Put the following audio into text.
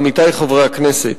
עמיתי חברי הכנסת,